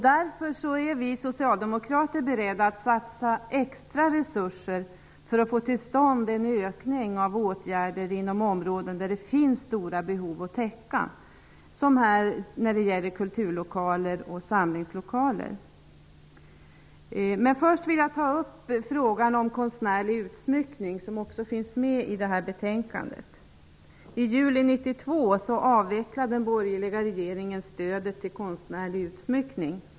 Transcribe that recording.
Därför är vi socialdemokrater beredda att satsa extra resurser för att få till stånd en ökning av åtgärder inom områden där det finns stora behov att täcka, t.ex. när det gäller kulturlokaler och samlingslokaler. Först vill jag ta upp frågan om konstnärlig utsmyckning. Den finns också med i detta betänkande. I juli 1992 avvecklade den borgerliga regeringen stödet till konstnärlig utsmyckning.